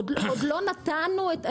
עוד לא נתנו,